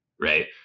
Right